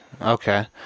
Okay